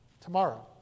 tomorrow